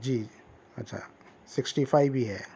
جی اچھا sixty five بھی ہے